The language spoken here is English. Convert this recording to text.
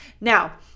Now